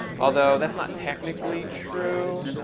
although that's not technically true,